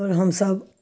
आओर हमसब